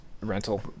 rental